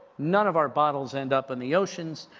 none of our bottles end up in the oceans,